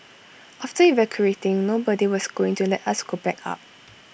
after evacuating nobody was going to let us go back up